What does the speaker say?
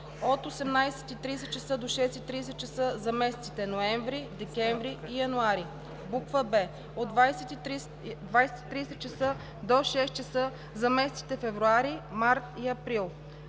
от 18,30 часа до 06,30 часа – за месеците ноември, декември и януари; б) от 20,30 часа до 06,00 часа – за месеците февруари, март и април;